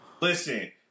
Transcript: Listen